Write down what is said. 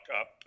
up